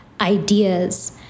ideas